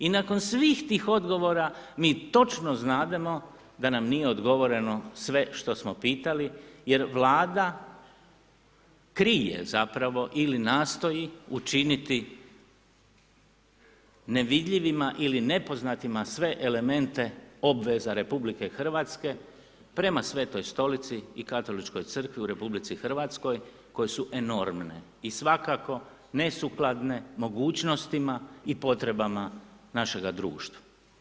I nakon svih tih odgovora mi točno znademo da nam nije odgovoreno sve što smo pitali jer Vlada krije zapravo ili nastoji učiniti nevidljivima ili nepoznatima sve elemente obveza RH prema Svetoj Stolici i Katoličkoj crkvi u RH koje su enormne i svakako ne sukladne mogućnostima i potrebama našega društva.